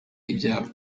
ibyabo